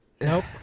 nope